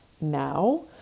now